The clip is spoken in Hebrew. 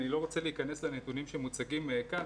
אני לא רוצה להיכנס לנתונים שמוצגים כאן,